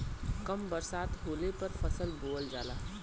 कम बरसात होले पर फसल बोअल जाला